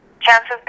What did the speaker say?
chances